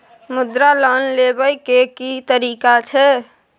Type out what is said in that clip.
मुद्रा लोन लेबै के की तरीका छै?